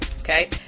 okay